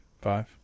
Five